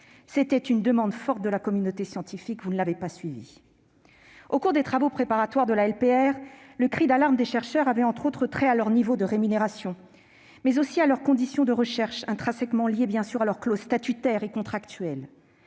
C'était une demande forte de la communauté scientifique ; vous ne l'avez pas suivie ! Au cours des travaux préparatoires, le cri d'alarme des chercheurs avait, entre autres, trait à leur niveau de rémunération, mais aussi à leurs conditions de recherche intrinsèquement liées à leurs clauses statutaires et contractuelles.